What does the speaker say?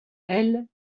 elle